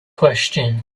question